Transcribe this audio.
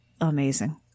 amazing